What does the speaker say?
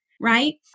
right